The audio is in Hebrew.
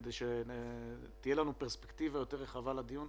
כדי שתהיה לנו פרספקטיבה יותר רחבה לדיון,